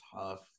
tough